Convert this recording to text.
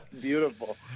Beautiful